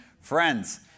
Friends